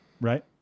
right